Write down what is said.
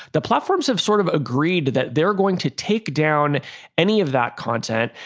the platforms have sort of agreed that they're going to take down any of that content,